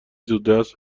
زودرس